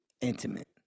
intimate